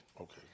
Okay